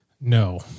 No